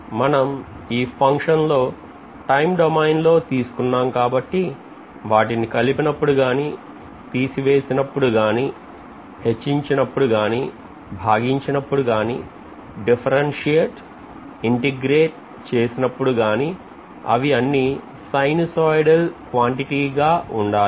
మనం ఈ ఫంక్షన్ లో టైం డొమైన్లో తీసుకున్నాము కాబట్టి వాటిని కలిపినప్పుడు గాని తీసివేసినప్పుడు గాని హెచ్చించునప్పుడుగానీ భాగించినప్పుడు గాని differentiate integrate చేసినప్పుడు గాని అవి అన్నీ కూడా sinusoidal quantity గా ఉండాలి